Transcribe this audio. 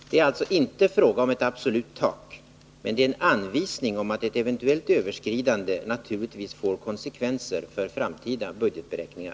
Det är alltså inte ett absolut tak, men det är en anvisning om att ett eventuellt överskridande naturligtvis får konsekvenser för framtida budgetberäkningar.